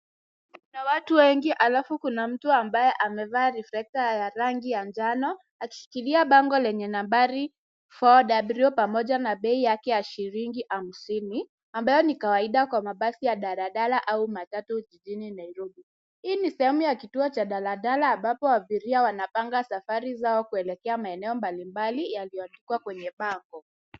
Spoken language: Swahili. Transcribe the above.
Kuna watu wengine alafu kuna mtu ambaye amevaa reflector ya rangi ya njano akishikilia bango lenye nambari 4w pamoja na pei yake ya shillingi hamsini ambayo ni kawaida basi kwa masi ya dhala dhala au matatu jijini Nairobi. Hii sehemu ya kituo cha dhala dhala ambapo abiria wanapanga safari zao kuelekea maeneo mbali mbali yalioandikwa kwenye bango.